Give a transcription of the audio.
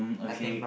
okay